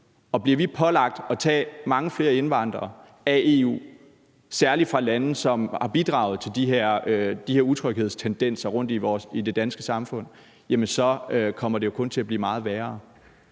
bliver vi pålagt at tage mange flere indvandrere af EU, særlig fra lande, som har bidraget til de her utryghedstendenser rundtom i det danske samfund, så kommer det jo kun til at blive meget værre.